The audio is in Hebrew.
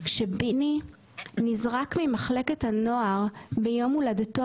כשבני נזרק ממחלקת הנוער ביום הולדתו